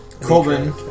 Colvin